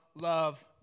love